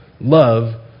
Love